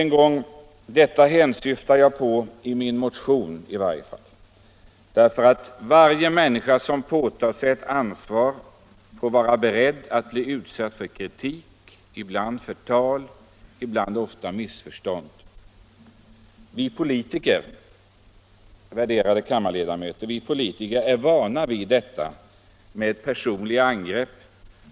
Inte ens detta syftar jag på i min motion. Varje människa som tar på sig ett ansvar få vara beredd att bli utsatt för kritik, ibland förtal, ibland missförstånd. Vi politiker, värderade kammarledamöter, är vana vid personliga angrepp.